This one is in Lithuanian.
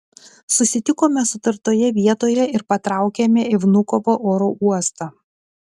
susitikome sutartoje vietoje ir patraukėme į vnukovo oro uostą